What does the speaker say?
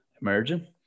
emerging